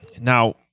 Now